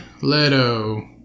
Leto